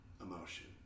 emotion